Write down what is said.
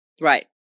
Right